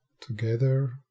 together